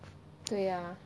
对啊